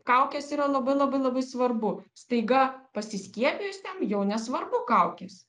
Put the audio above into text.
kaukės yra labai labai labai svarbu staiga pasiskiepijus ten jau nesvarbu kaukės